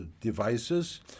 devices